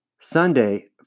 Sunday